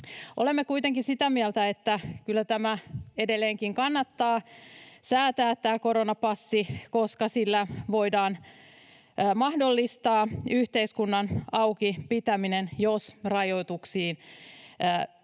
Olemme kuitenkin sitä mieltä, että kyllä tämä koronapassi edelleenkin kannattaa säätää, koska sillä voidaan mahdollistaa yhteiskunnan auki pitäminen, jos rajoituksiin